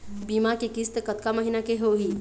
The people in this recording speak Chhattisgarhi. बीमा के किस्त कतका महीना के होही?